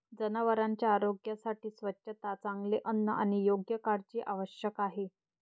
जनावरांच्या आरोग्यासाठी स्वच्छता, चांगले अन्न आणि योग्य काळजी आवश्यक आहे